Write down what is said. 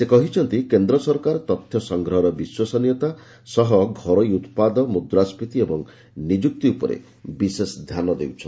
ସେ କହିଛନ୍ତି କେନ୍ଦ୍ର ସରକାର ତଥ୍ୟ ସଂଗ୍ରହର ବିଶ୍ୱସନୀୟତା ସହ ଘରୋଇ ଉତ୍ପାଦ ମୁଦ୍ରାସ୍କୀତି ଏବଂ ନିଯୁକ୍ତି ଉପରେ ବିଶେଷ ଧ୍ୟାନ ଦେଉଛନ୍ତି